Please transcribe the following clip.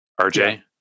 RJ